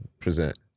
present